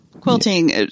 quilting